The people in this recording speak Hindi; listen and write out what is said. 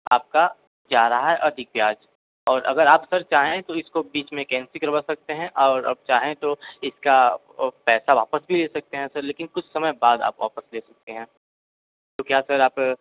आपका जा रहा है अधिक ब्याज और अगर आप सर चाहें तो इसको बीच में कैंसल करवा सकते हैं और आप चाहें तो इसका पैसा वापस भी ले सकते हैं सर लेकिन कुछ समय बाद आप ऑफ़र दे सकते हैं तो क्या सर आप